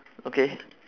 okay